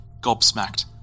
gobsmacked